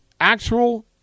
Actual